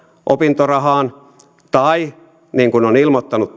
opintorahaan tai mikäli hallitus olisi esittänyt niin kuin on ilmoittanut